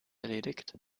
erledigt